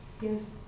Yes